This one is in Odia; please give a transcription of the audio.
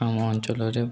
ଆମ ଅଞ୍ଚଳରେ